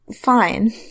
fine